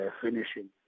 finishing